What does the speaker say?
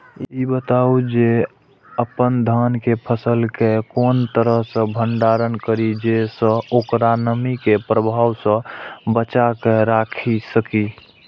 ई बताऊ जे अपन धान के फसल केय कोन तरह सं भंडारण करि जेय सं ओकरा नमी के प्रभाव सं बचा कय राखि सकी?